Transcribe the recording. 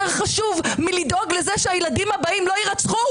חשוב מאשר לדאוג לזה שהילדים הבאים לא יירצחו.